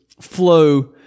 flow